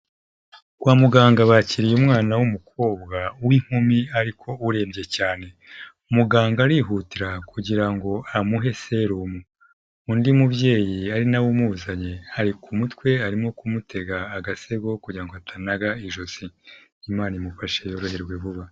Kwa muganga bakiriye umwana w'umukobwa w'inkumi ariko urebye cyane, muganga arihutira kugira ngo amuhe serumu, undi mubyeyi ari na we umuzanye ari ku mutwe arimo kumutega agasego kugira ngo atanaga ijosi, Imana imufashe yoroherwe vuba.